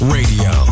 Radio